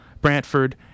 Brantford